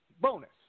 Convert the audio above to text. bonus